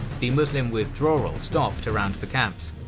the muslim withdrawal stopped around the camps,